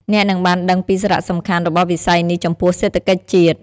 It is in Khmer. អ្នកនឹងបានដឹងពីសារៈសំខាន់របស់វិស័យនេះចំពោះសេដ្ឋកិច្ចជាតិ។